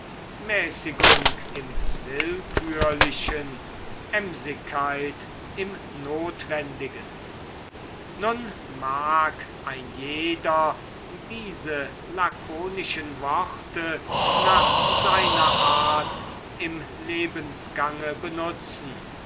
mäßigung im willkürlichen emsigkeit im notwendigen nun mag ein jeder diese lakonischen worte nach seiner art im lebensgange benutzen